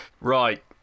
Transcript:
Right